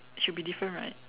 should be different right